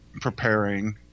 preparing